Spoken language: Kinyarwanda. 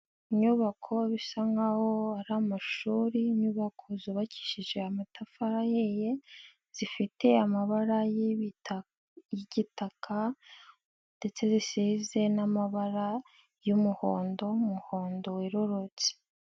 Inyubako bisa nk'aho ari amashuri, inyubako zubakishije amatafari ahiye, zifite amabara y'igitaka ndetse zisize n'amabara y'umuhondo, umuhondo werurutse.